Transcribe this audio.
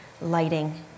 lighting